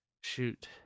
shoot